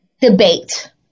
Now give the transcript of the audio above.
debate